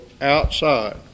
outside